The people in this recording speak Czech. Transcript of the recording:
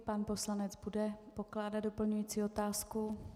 Pan poslanec bude pokládat doplňující otázku.